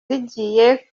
zigiye